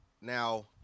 Now